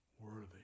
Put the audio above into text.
worthy